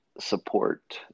support